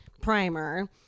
primer